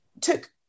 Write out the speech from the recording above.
took